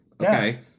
okay